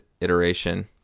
iteration